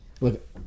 look